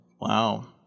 Wow